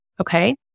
okay